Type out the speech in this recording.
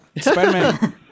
Spider-Man